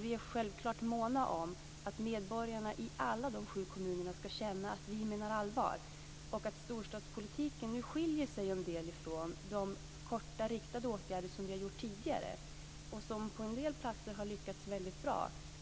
Vi är självklart måna om att medborgarna i alla sju kommunerna ska känna att vi menar allvar och att storstadspolitiken nu skiljer sig en del från de korta riktade åtgärder som vi tidigare vidtagit och som på en del platser har varit väldigt lyckade.